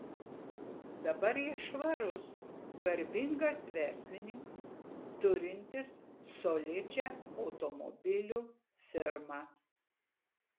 dabar jis švarus garbingas verslininkas turintis solidžią automobilių firmą